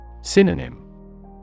Synonym